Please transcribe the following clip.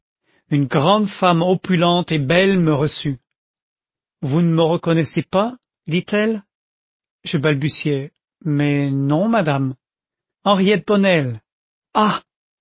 une grande femme opulente et belle me reçut vous ne me reconnaissez pas dit-elle je balbutiai mais non madame henriette bonnel ah